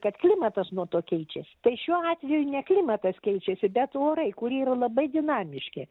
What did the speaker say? kad klimatas nuo to keičiasi tai šiuo atveju ne klimatas keičiasi bet orai kurie yra labai dinamiški